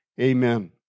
amen